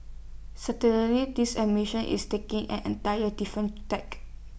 certainly this admition is taking an entire different tack